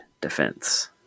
Defense